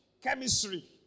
Chemistry